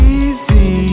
easy